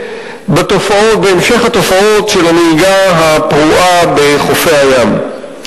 בהמשך התופעות של הנהיגה הפרועה בחופי הים.